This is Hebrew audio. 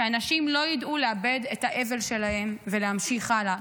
שאנשים לא ידעו לעבד את האבל שלהם ולהמשיך הלאה.